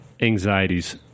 anxieties